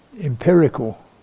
empirical